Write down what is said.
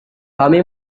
kami